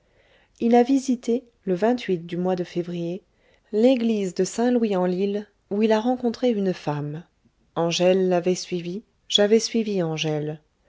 il a visité le du mois de février l'église de saint louis en lile où il a rencontré une femme angèle l'avait suivi j'avais suivi angèle